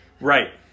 Right